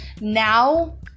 now